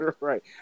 Right